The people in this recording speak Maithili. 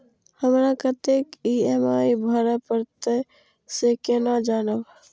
हमरा कतेक ई.एम.आई भरें परतें से केना जानब?